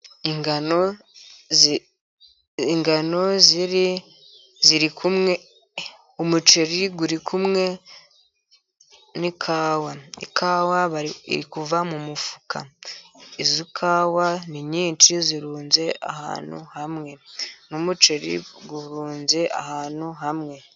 Ingano, ingano ziri, ziri kumwe ,umuceri uri kumwe n'ikawa, ikawa iri kuva mu mufuka, izo kawa ni nyinshi zirunze ahantu hamwe, n'umuceri urunze ahantu hamwe.